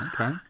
Okay